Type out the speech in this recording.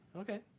Okay